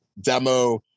demo